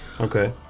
Okay